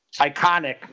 iconic